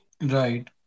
Right